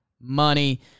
money